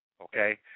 Okay